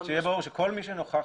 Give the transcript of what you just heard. שיהיה ברור שכל מי שנוכח